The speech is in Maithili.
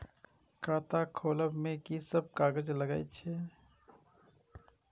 खाता खोलब में की सब कागज लगे छै?